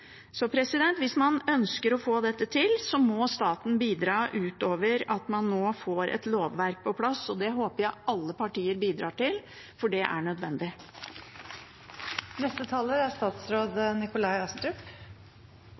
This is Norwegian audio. Hvis man ønsker å få dette til, må staten bidra utover at man nå får et lovverk på plass. Det håper jeg alle partier bidrar til, for det er nødvendig. Regjeringen har mål om å halvere utslippene fra transportsektoren innen 2030. Det er